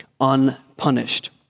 unpunished